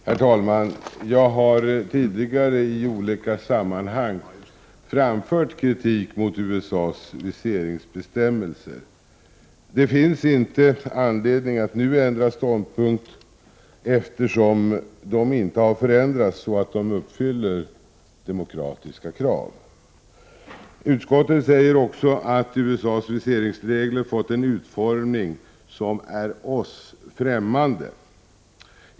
Herr talman! Jag har tidigare i olika sammanhang framfört kritik mot USA:s viseringsbestämmelser. Det finns inte anledning att nu ändra ståndpunkt, eftersom reglerna inte har förändrats så att de uppfyller demokratiska krav. Utskottet säger också att USA:s viseringsregler fått en utformning som är oss främmande.